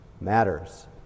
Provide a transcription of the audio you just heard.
matters